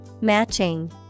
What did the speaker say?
Matching